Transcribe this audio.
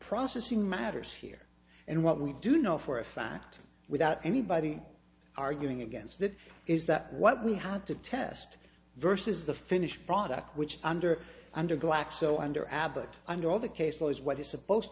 processing matters here and what we do know for a fact without anybody arguing against that is that what we had to test versus the finished product which under under glaxo under abbott under all the case law is what is supposed